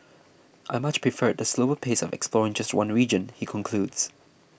I much preferred the slower pace of exploring just one region he concludes